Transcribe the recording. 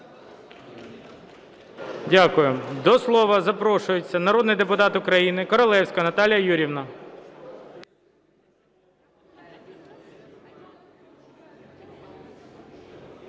Дякую. До слова запрошується народний депутат України Королевська Наталія Юріївна.